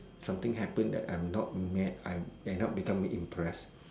something happen that I'm not mad I'm end up become impressed